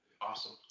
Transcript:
Awesome